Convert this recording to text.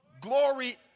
glory